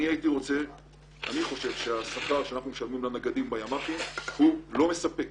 אני חושב שהשכר שאנחנו משלמים לנגדים בימ"חים הוא לא מספק